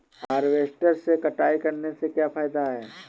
Harvester से कटाई करने से क्या फायदा है?